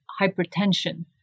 hypertension